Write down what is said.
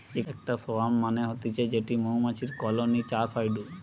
ইকটা সোয়ার্ম মানে হতিছে যেটি মৌমাছির কলোনি চাষ হয়ঢু